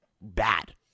bad